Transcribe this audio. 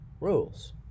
rules